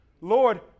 Lord